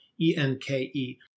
E-N-K-E